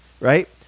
right